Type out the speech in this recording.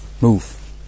move